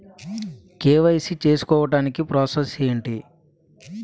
KYC చేసుకోవటానికి process ఏంటి?